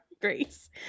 Grace